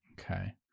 okay